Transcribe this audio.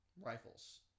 rifles